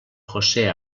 josé